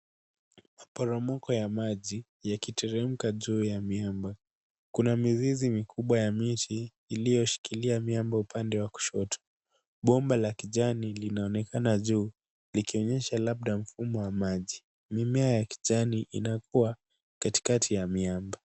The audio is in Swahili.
Maporomko ya maji yakiteremka juu ya miamba. Kuna mizizi mikubwa ya miti iliyoshikilia miamba upande wa kushoto. Bomba la kijani linaonekana juu likionyesha labda mfumo wa maji. Mimea ya kijani inakua katikati ya miamba.